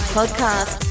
Podcast